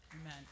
Amen